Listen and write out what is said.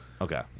Okay